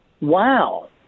Wow